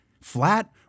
flat